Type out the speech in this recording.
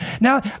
Now